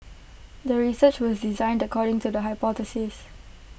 the research was designed according to the hypothesis